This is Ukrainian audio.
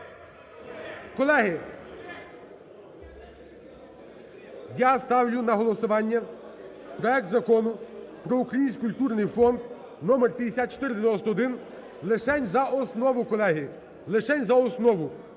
Колеги, я ставлю на голосування проект Закону про Український культурний фонд (номер 5491 лишень за основу, колеги, лишень за основу.